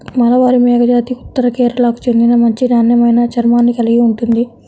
మలబారి మేకజాతి ఉత్తర కేరళకు చెందిన మంచి నాణ్యమైన చర్మాన్ని కలిగి ఉంటుంది